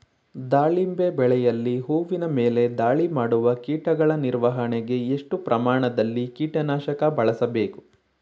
ದಾಳಿಂಬೆ ಬೆಳೆಯಲ್ಲಿ ಹೂವಿನ ಮೇಲೆ ದಾಳಿ ಮಾಡುವ ಕೀಟಗಳ ನಿರ್ವಹಣೆಗೆ, ಎಷ್ಟು ಪ್ರಮಾಣದಲ್ಲಿ ಕೀಟ ನಾಶಕ ಬಳಸಬೇಕು?